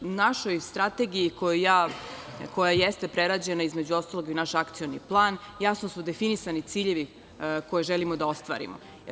U našoj strategiji koja jeste prerađena, između ostalog i naš akcioni plan jasno su definisani ciljevi koje želimo da ostvarimo.